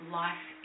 life